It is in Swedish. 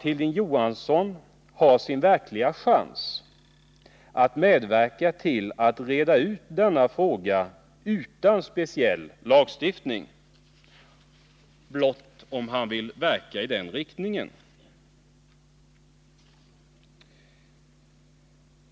Hilding Johansson har nu sin verkliga chans att medverka till att reda ut denna fråga inom det socialdemokratiska partiet utan speciell lagstiftning, om han blott aktivt vill verka i den riktningen.